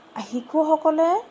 শিশুসকলে